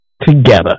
together